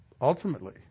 ultimately